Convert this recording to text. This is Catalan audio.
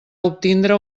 obtindre